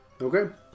Okay